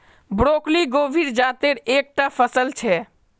broccoli गोभीर जातेर एक टा फसल छे